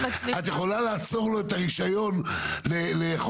את יכולה לעצור לו את הרישיון לחודשיים,